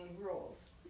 rules